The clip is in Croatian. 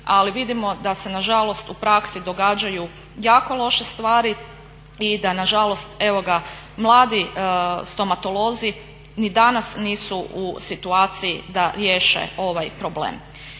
ali vidimo da se na žalost u praksi događaju jako loše stvari i da na žalost evo ga mladi stomatolozi ni danas nisu u situaciji da riješe ovaj problem.